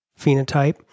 phenotype